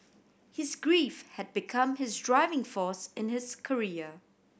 his grief had become his driving force in his career